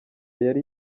yari